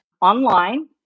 Online